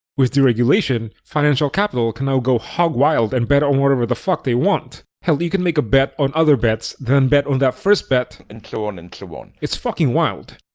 with deregulation, financial capital can now go hog wild and bet on whatever the fuck they want. hell, you can make a bet on other bets, then bet on that first bet and so on and so on. it's fucking wild.